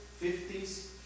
fifties